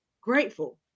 grateful